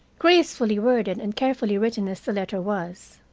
gracefully worded and carefully written as the letter was,